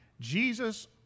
Jesus